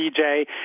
DJ